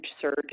surge